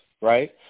right